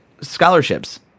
scholarships